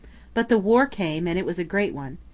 but the war came, and it was a great one.